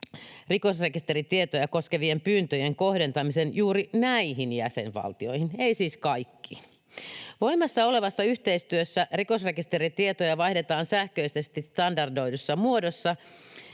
rikosrekisteritietoja koskevien pyyntöjen kohdentamisen juuri näihin jäsenvaltioihin, ei siis kaikkiin. Voimassa olevassa yhteistyössä rikosrekisteritietoja vaihdetaan sähköisesti standardoidussa muodossa